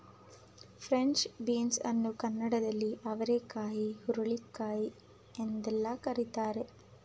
French beans ಅನ್ನು ಕನ್ನಡದಲ್ಲಿ ಅವರೆಕಾಯಿ ಹುರುಳಿಕಾಯಿ ಎಂದೆಲ್ಲ ಕರಿತಾರೆ